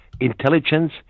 intelligence